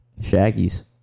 Shaggy's